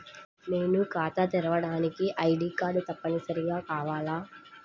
నేను ఖాతా తెరవడానికి ఐ.డీ కార్డు తప్పనిసారిగా కావాలా?